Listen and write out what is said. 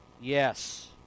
Yes